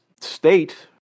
state